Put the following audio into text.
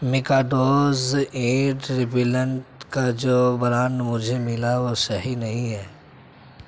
میکاڈوز ایٹ ریبیلینٹ کا جو برانڈ مجھے ملا وہ صحیح نہیں ہے